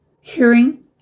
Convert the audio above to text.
hearing